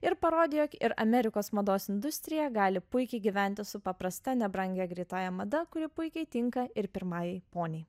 ir parodė jog ir amerikos mados industrija gali puikiai gyventi su paprasta nebrangia greitąja mada kuri puikiai tinka ir pirmajai poniai